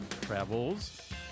Travels